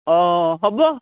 অঁ হ'ব